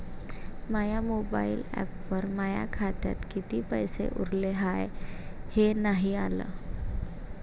माया mobile ॲपवर माया खात्यात किती पैसे उरले हाय हे नाही आलं